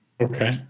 Okay